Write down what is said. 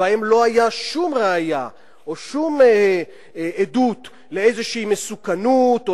שבהם לא היתה שום ראיה או שום עדות לאיזו מסוכנות או